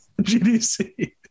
GDC